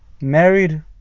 married